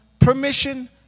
permission